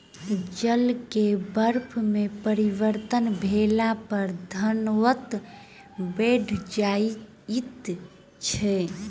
जल के बर्फ में परिवर्तन भेला पर घनत्व बैढ़ जाइत छै